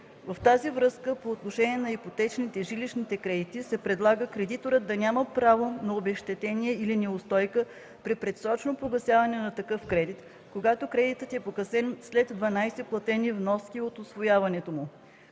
В тази връзка по отношение на ипотечните жилищни кредити се предлага кредиторът да няма право на обезщетение или неустойка при предсрочно погасяване на такъв кредит, когато кредитът е погасен след 12 платени вноски от усвояването му.